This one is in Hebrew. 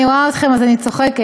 אני רואה אתכם אז אני צוחקת,